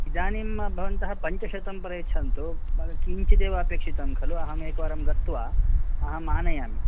इदानीं भवन्तः पञ्चशतं प्रयच्छन्तु किञ्चिदेव अपेक्षितं खलु अहम् एकवारं गत्वा अहम् आनयामि